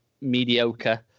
mediocre